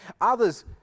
Others